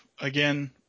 again